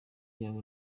yabo